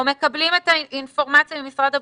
או מקבלים את האינפורמציה ממשרד הבריאות,